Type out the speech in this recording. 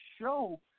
show